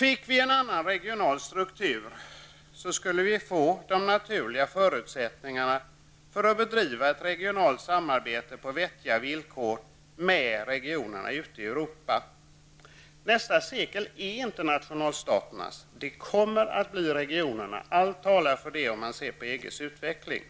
Med en annan regional struktur skulle vi få de naturliga förutsättningarna för att bedriva ett regionalt samarbete på vettiga villkor med regionerna ute i Europa. Nästa sekel är inte nationalstaternas utan regionernas. Allt talar för det om man ser till EGs utveckling.